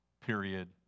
period